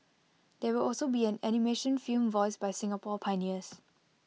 there will also be an animation film voiced by Singapore pioneers